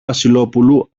βασιλόπουλου